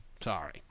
Sorry